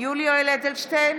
יולי יואל אדלשטיין,